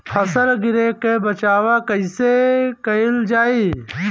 फसल गिरे से बचावा कैईसे कईल जाई?